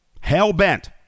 hell-bent